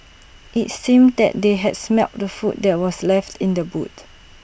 IT seemed that they had smelt the food that were left in the boot